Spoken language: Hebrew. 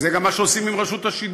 וזה גם מה שעושים עם רשות השידור,